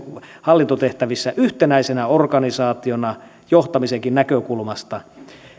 hallintotehtävissä yhtenäisenä organisaationa johtamisenkin näkökulmasta